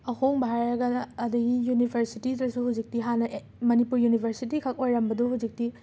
ꯑꯍꯣꯡꯕ ꯍꯥꯏꯔꯒꯅ ꯑꯗꯒꯤ ꯌꯨꯅꯤꯕꯔꯁꯤꯇꯤꯗꯁꯨ ꯍꯧꯖꯤꯛꯇꯤ ꯍꯥꯟꯅ ꯑꯦ ꯃꯅꯤꯄꯨꯔ ꯌꯨꯅꯤꯕꯔꯁꯤꯇꯤ ꯈꯛ ꯑꯣꯏꯔꯝꯕꯗꯨ ꯍꯧꯖꯤꯛꯇꯤ